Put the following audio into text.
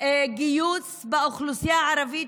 הגיוס באוכלוסייה הערבית,